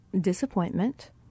disappointment